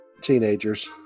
teenagers